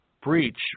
Breach